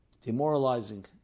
demoralizing